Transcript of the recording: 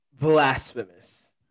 blasphemous